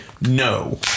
No